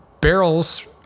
barrels